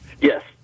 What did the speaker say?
Yes